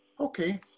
Okay